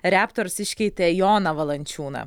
raptors iškeitė joną valančiūną